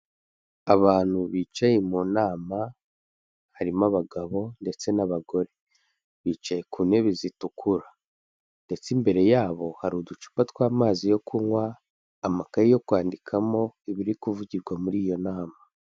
Abantu bicaye mu nama, harimo abagabo ndetse n'abagore. Bicaye ku ntebe zitukura. Ndetse imbere yabo hari uducupa tw'amazi yo kunywa, amakayi yo kwandikamo ibiri kuvugirwa muri iyo nama.